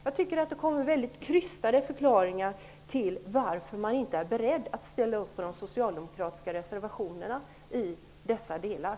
Jag tycker att det kommer väldgit krystade förklaringar till varför man inte är beredd att ställa upp på de socialdemokratiska reservationerna i dessa delar.